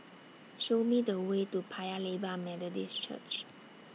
Show Me The Way to Paya Lebar Methodist Church